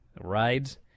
rides